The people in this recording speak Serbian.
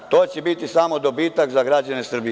To će biti samo dobitak za građane Srbije.